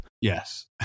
Yes